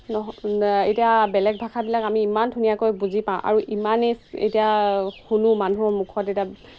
নহ'লে এতিয়া বেলেগ ভাষাবিলাক আমি ইমান ধুনীয়াকৈ বুজি পাওঁ আৰু ইমানেই এতিয়া শুনো মানুহৰ মুখত এতিয়া